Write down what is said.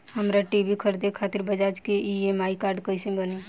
हमरा टी.वी खरीदे खातिर बज़ाज़ के ई.एम.आई कार्ड कईसे बनी?